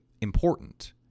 important